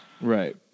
Right